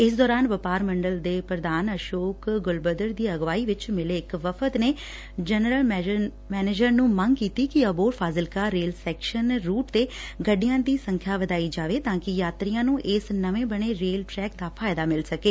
ਇਸ ਦੌਰਾਨ ਵਪਾਰ ਮੰਡਲ ਦੇ ਪ੍ਰਧਾਨ ਅਸ਼ੋਕ ਗੁਲਬਧਰ ਦੀ ਅਗਵਾਈ ਵਿੱਚ ਮਿਲੇ ਇਕ ਵਫ਼ਦ ਨੇ ਜਨਰਲ ਮੈਨੇਜਰ ਨੂੰ ਮੰਗ ਕੀਤੀ ਕਿ Abohar Fazilka rail section route ਤੇ ਗੱਡੀਆਂ ਦੀ ਸੰਖਿਆ ਵਧਾਈ ਜਾਏ ਤਾਂਕਿ ਯਾਤਰੀਆਂ ਨੂੰ ਇਸ ਨਵੇਂ ਬਣੇ ਰੇਲ ਟਰੈਕ ਦਾ ਫਾਇਦਾ ਮਿਲ ਸਕੇ